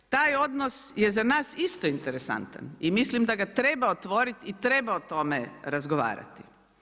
Taj odnos je za nas isto interesantan i mislim da ga treba otvoriti i treba o tome razgovarati.